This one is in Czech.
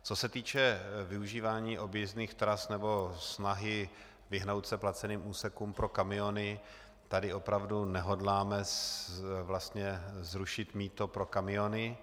Co se týče využívání objízdných tras nebo snahy vyhnout se placeným úsekům pro kamiony, tady opravdu nehodláme zrušit mýto pro kamiony.